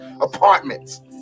apartments